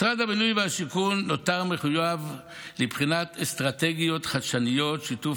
משרד הבינוי והשיכון נותר מחויב לבחינת אסטרטגיות חדשניות ושיתוף